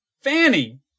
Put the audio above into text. Fanny